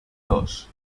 dos